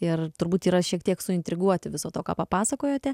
ir turbūt yra šiek tiek suintriguoti viso to ką papasakojote